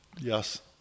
yes